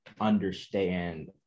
understand